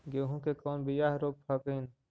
गेहूं के कौन बियाह रोप हखिन?